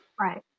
Right